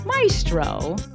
Maestro